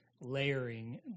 layering